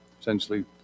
essentially